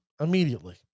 immediately